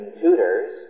tutors